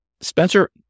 Spencer